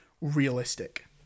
realistic